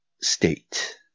state